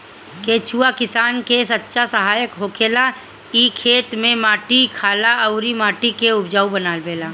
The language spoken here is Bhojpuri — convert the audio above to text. केचुआ किसान के सच्चा सहायक होखेला इ खेत में माटी खाला अउर माटी के उपजाऊ बनावेला